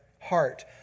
heart